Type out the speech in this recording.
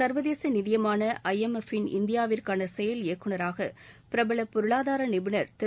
சர்வதேச நிதியமான ஐஎம்எஃப் ன் இந்தியாவிற்கான செயல் இயக்குநராக பிரபல பொருளாதார நிபுணர் திரு